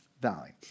Valley